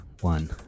one